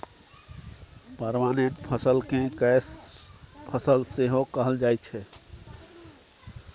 permanent फसल केँ कैस फसल सेहो कहल जाइ छै